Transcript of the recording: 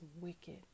wicked